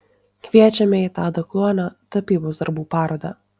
kviečiame į tado kluonio tapybos darbų parodą